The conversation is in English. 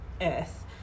Earth